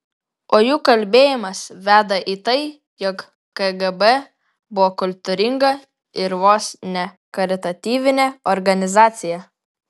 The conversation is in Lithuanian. o jų kalbėjimas veda į tai jog kgb buvo kultūringa ir vos ne karitatyvinė organizacija